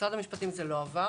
משרד המשפטים זה לא עבר.